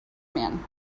man